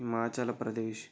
Himachal Pradesh